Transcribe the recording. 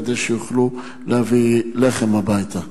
כדי שיוכלו להביא לחם הביתה.